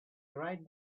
right